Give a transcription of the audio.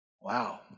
wow